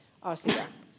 asia